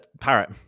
Parrot